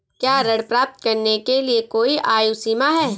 क्या ऋण प्राप्त करने के लिए कोई आयु सीमा है?